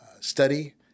study